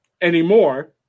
anymore